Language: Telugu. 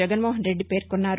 జగన్మోహన్ రెడ్డి పేర్కొన్నారు